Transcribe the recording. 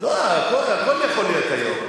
הכול יכול להיות היום.